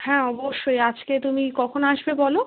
হ্যাঁ অবশ্যই আজকে তুমি কখন আসবে বলো